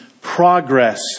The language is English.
progress